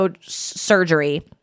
surgery